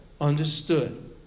understood